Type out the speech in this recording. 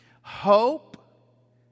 hope